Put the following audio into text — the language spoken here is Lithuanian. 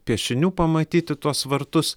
piešinių pamatyti tuos vartus